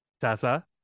Tessa